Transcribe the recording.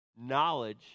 knowledge